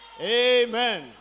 Amen